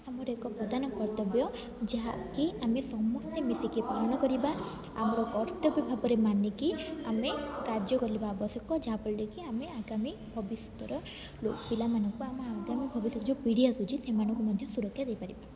ଆମର ଏକ ପ୍ରଧାନ କର୍ତ୍ତବ୍ୟ ଯାହାକି ଆମେ ସମସ୍ତେ ମିଶିକି ପାଳନ କରିବା ଆମର କର୍ତ୍ତବ୍ୟ ଭାବରେ ମାନିକି ଆମେ କାର୍ଯ୍ୟ କରିବା ଆବଶ୍ୟକ ଯାହାଫଳରେ କି ଆମେ ଆଗାମୀ ଭବିଷ୍ୟତର ପିଲାମାନଙ୍କୁ ଆମ ଆଗାମୀ ଭବିଷ୍ୟତ ଯେଉଁ ପିଢ଼ି ଆସୁଛି ସେମାନଙ୍କୁ ମଧ୍ୟ ସୁରକ୍ଷା ଦେଇପାରିବା